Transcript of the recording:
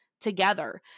together